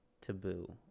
taboo